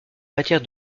matière